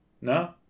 no